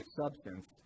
substance